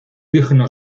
digno